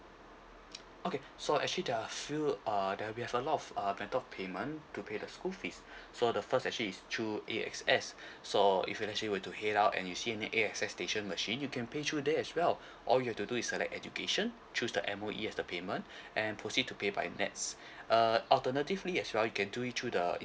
okay so actually there are a few uh there we have a lot of uh method of payment to pay the school fees so the first actually is through A_X_S so if you actually were to head out and you see any A_X_S station machine you can pay through that as well all you have to do is select education choose the M_O_E as the payment and proceed to pay by nets uh alternatively as well you can do it through the